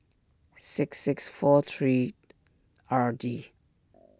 six six four three R D